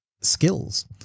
skills